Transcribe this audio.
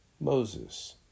Moses